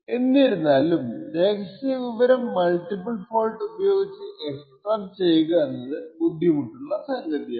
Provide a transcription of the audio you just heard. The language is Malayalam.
എന്തിരുന്നാലും രഹസ്യ വിവരം മൾട്ടിപ്പിൾ ഫോൾട്ട് ഉപയോഗിച്ച് എക്സ്ട്രാക്ട് ചെയ്യുക എന്നത് ബുദ്ധിമുട്ടുള്ള സംഗതിയാണ്